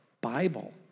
Bible